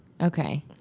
Okay